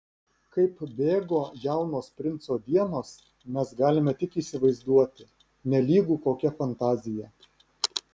kaip bėgo jaunos princo dienos mes galime tik įsivaizduoti nelygu kokia fantazija